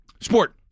Sport